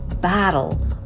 Battle